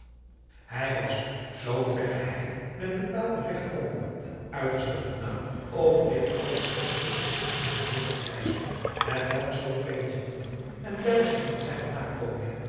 hij was zooverre hij met de taal te regt kon ten uiterste voldaan over adriaan loosjes pzn het leven van johannes wouter blommesteyn dit allezins geestig en leerzaam blijspel hetwelk zoo vele honderden en duizenden zijner nakomelingen